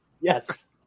Yes